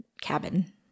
cabin